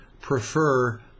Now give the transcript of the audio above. prefer